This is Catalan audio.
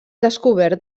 descobert